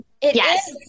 Yes